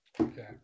Okay